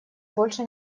больше